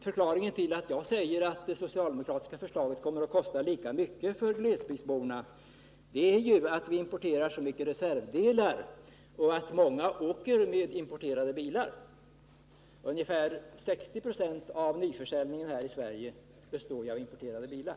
Förklaringen till att jag säger att det socialdemokratiska förslaget kommer att kosta lika mycket för glesbygdsborna är bl.a. att vi importerar så mycket reservdelar och att många har importerade bilar. Ungefär 60 90 av nyförsäljningen här i Sverige består av importerade bilar.